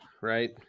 right